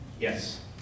yes